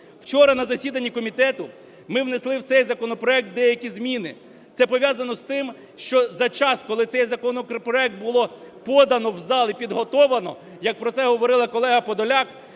Вчора на засіданні комітету ми внесли в цей законопроект деякі зміни. Це пов'язано з тим, що за час, коли цей законопроект було подано в зал і підготовлено, як про це говорила колега Подоляк,